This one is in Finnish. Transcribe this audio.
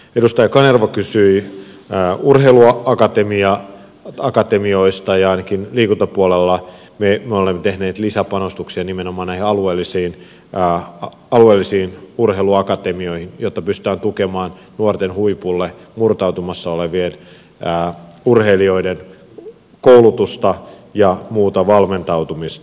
edustaja kanerva kysyi urheiluakatemioista ja ainakin liikuntapuolella me olemme tehneet lisäpanostuksia nimenomaan näihin alueellisiin urheiluakatemioihin jotta pystytään tukemaan huipulle murtautumassa olevien nuorten urheilijoiden koulutusta ja muuta valmentautumista